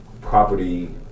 property